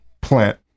plant